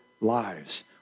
lives